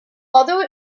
although